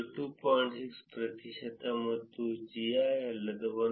6 ಪ್ರತಿಶತ ಮತ್ತು GI ಅಲ್ಲದ 1